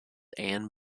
anne